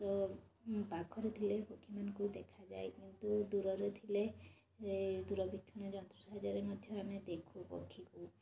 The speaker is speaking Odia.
ତ ପାଖରେ ଥିଲେ ପକ୍ଷୀ ମାନଙ୍କୁ ଦେଖାଯାଏ କିନ୍ତୁ ଦୂରରେ ଥିଲେ ଦୂରବୀକ୍ଷଣ ଯନ୍ତ୍ର ସାହାଯ୍ୟରେ ମଧ୍ୟ ଆମେ ଦେଖୁ ପକ୍ଷୀକୁ